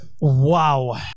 Wow